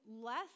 less